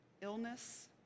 illness